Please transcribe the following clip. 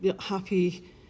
happy